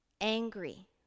angry